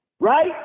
Right